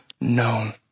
known